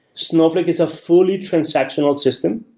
snowflake is a fully transactional system.